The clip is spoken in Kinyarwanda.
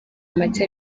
make